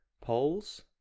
poles